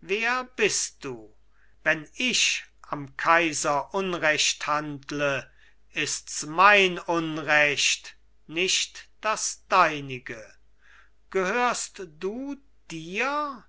wer bist du wenn ich am kaiser unrecht handle ists mein unrecht nicht das deinige gehörst du dir